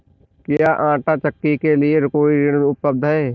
क्या आंटा चक्की के लिए कोई ऋण उपलब्ध है?